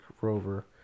rover